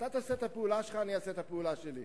אתה תעשה את הפעולה שלך, אני אעשה את הפעולה שלי.